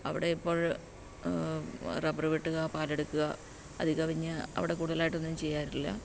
അവിടെ ഇപ്പോഴ് റബ്ബറ് വെട്ടുക പാൽ എടുക്കുക അതിൽകവിഞ്ഞ് അവിടെ കൂടുതലായിട്ടൊന്നും ചെയ്യാറില്ല